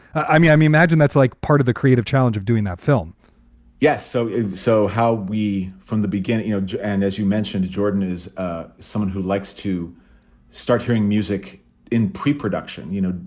i mean, i imagine that's like part of the creative challenge of doing that film yes. so so how we from the beginning, you know, and as you mentioned, jordan is ah someone who likes to start hearing music in preproduction, you know,